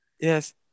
Yes